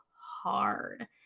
hard